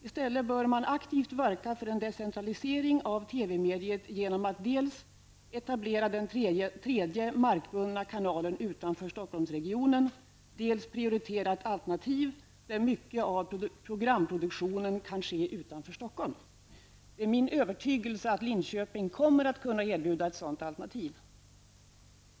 I stället bör man aktivt verka för en decentralisering av TV-mediet genom att dels etablera den tredje markbundna kanalen utanför Stockholmsregionen, dels prioritera ett alternativ där mycket av programproduktionen kan ske utanför Stockholm. Det är min övertygelse att Linköping kommer att kunna erbjuda ett sådant alternativ.